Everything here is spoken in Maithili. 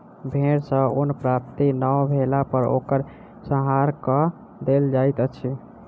भेड़ सॅ ऊन प्राप्ति नै भेला पर ओकर संहार कअ देल जाइत अछि